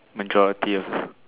majority ah